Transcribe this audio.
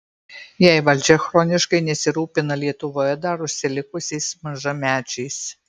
jei valdžia chroniškai nesirūpina lietuvoje dar užsilikusiais mažamečiais